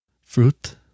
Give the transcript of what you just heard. Fruit